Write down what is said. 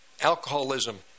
alcoholism